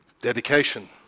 Dedication